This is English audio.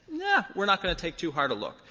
yeah we're not going to take too hard a look,